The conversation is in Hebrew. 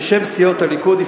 בשם סיעות הליכוד,